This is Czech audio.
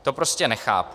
To prostě nechápu.